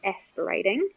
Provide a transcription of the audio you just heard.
aspirating